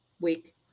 week